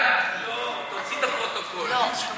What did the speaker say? לא, תוציא את הפרוטוקול.